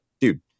dude